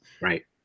right